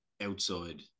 outside